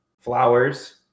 Flowers